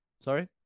Sorry